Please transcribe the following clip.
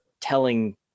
telling